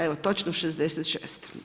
Evo točno 66.